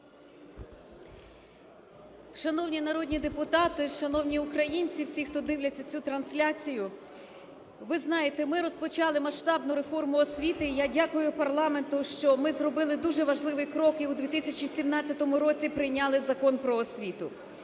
Шановні народні депутати, шановні українці, всі, хто дивляться цю трансляцію! Ви знаєте, ми розпочали масштабну реформу освіти. Я дякую парламенту, що ми зробили дуже важливий крок і у 2017 році прийняли закон "Про освіту".